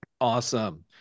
Awesome